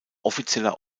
offizieller